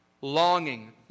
longing